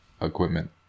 Equipment